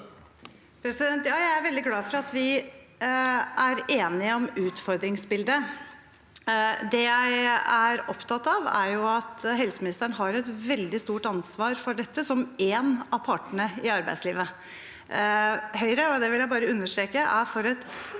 Jeg er vel- dig glad for at vi er enige om utfordringsbildet. Det jeg er opptatt av, er at helseministeren har et veldig stort ansvar for dette som én av partene i arbeidslivet. Høyre – og det vil jeg bare understreke – er for et